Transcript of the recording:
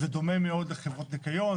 זה דומה מאוד לחברת ניקיון,